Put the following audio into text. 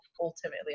ultimately